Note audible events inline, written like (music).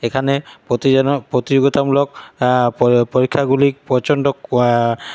এখানে (unintelligible) প্রতিযোগিতামূলক পরীক্ষাগুলি প্রচণ্ড